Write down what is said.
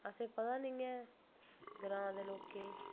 असें गी पता निं ऐ ग्रां दे लौकें गी